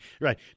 right